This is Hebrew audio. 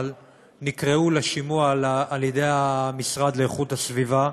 נקראו לשימוע על ידי המשרד לאיכות הסביבה,